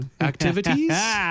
activities